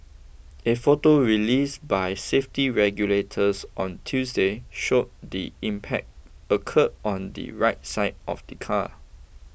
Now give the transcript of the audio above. a photo released by safety regulators on Tuesday showed the impact occurred on the right side of the car